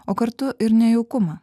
o kartu ir nejaukumą